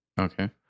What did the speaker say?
Okay